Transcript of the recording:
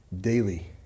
daily